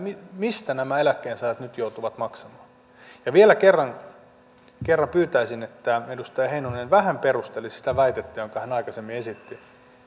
mistä nämä eläkkeensaajat nyt joutuvat maksamaan ja vielä kerran kerran pyytäisin että edustaja heinonen vähän perustelisi sitä väitettä jonka hän aikaisemmin esitti